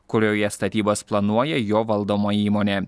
kurioje statybas planuoja jo valdoma įmonė